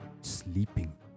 sleeping